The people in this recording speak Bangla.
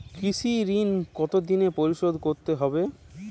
কৃষি ঋণ কতোদিনে পরিশোধ করতে হবে?